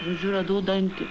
žodžiu radau dantį